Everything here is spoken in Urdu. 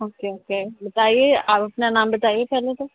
اوکے اوکے بتائیے آپ اپنا نام بتائیے پہلے تو